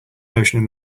notion